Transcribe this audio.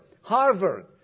Harvard